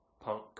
punk